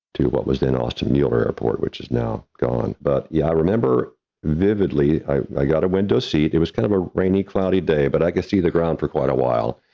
to what was in austin, mueller airport, which is now gone. but yeah i remember vividly i i got a window seat. it was kind of a rainy, cloudy day, but i could see the ground for quite a while.